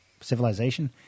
civilization